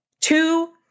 two